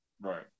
Right